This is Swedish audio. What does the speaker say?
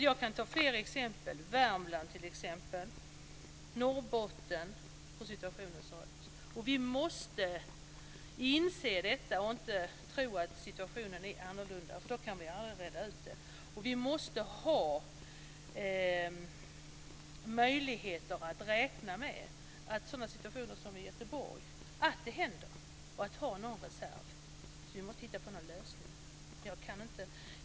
Jag kan ta fler exempel på hur situationen ser ut: Värmland, Norrbotten. Vi måste inse detta och inte tro att situationen är annorlunda, för då kan vi aldrig reda ut den. Vi måste ha möjligheter att räkna med att sådana situationer som i Göteborg uppstår och ha någon reserv. Vi måste hitta på någon lösning.